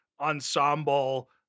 ensemble